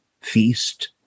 feast